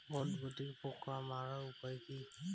বরবটির পোকা মারার উপায় কি?